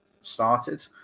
started